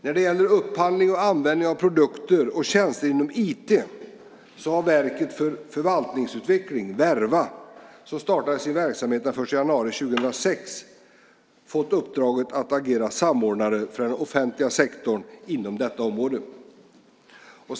När det gäller upphandling och användning av produkter och tjänster inom IT har Verket för förvaltningsutveckling, Verva, som startade sin verksamhet den 1 januari 2006, fått uppdraget att agera samordnare för den offentliga sektorn inom detta område.